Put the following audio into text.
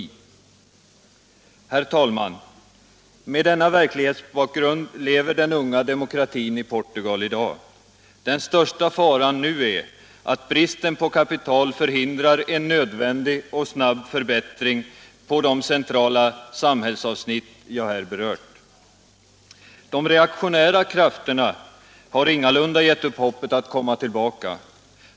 Herr talman! Med denna verklighetsbakgrund lever den unga demokratin i Portugal i dag. Den största faran nu är att bristen på kapital hindrar en nödvändig och snar förbättring på de centrala samhällsavsnitt jag här berört. De reaktionära krafterna har ingalunda gett upp hoppet att komma tillbaka.